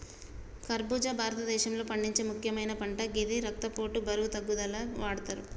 ఖర్బుజా భారతదేశంలో పండించే ముక్యమైన పంట గిది రక్తపోటు, బరువు తగ్గుదలకు వాడతరు